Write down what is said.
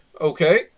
okay